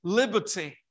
liberty